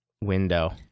window